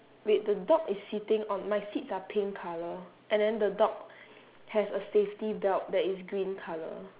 wait the dog is sitting on my seats are pink colour and then the dog has a safety belt that is green colour